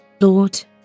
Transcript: Lord